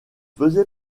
faisait